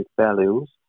values